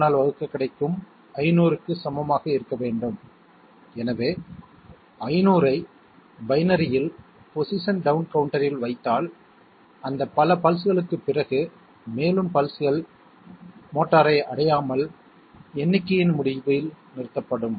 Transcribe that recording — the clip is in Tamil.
01 ஆல் வகுக்க கிடைக்கும் 500 க்கு சமமாக இருக்க வேண்டும் எனவே 500 ஐ பைனரியில் பொசிஷன் டவுன் கவுண்டரில் வைத்தால் அந்த பல பல்ஸ்களுக்குப் பிறகு மேலும் பல்ஸ்கள் மோட்டாரை அடையாமல் எண்ணிக்கையின் முடிவில் நிறுத்தப்படும்